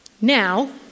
Now